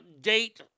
date